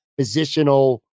positional